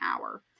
hour